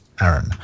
Aaron